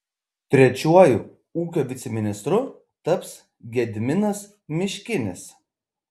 trečiuoju ūkio viceministru taps gediminas miškinis